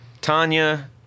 Tanya